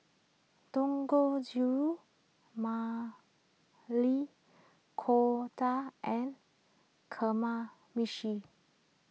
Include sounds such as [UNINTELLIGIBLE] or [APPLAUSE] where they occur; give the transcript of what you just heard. Dangojiru Maili [UNINTELLIGIBLE] and Kamameshi